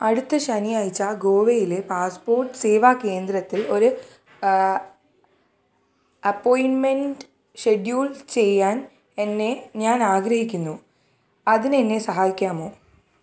അടുത്ത ശനിയാഴ്ച ഗോവയിലെ പാസ്പോർട്ട് സേവാ കേന്ദ്രത്തിൽ ഒരു അപ്പോയിൻ്റ്മെൻ്റ് ഷെഡ്യൂൾ ചെയ്യാൻ എന്നെ ഞാനാഗ്രഹിക്കുന്നു അതിനെന്നെ സഹായിക്കാമോ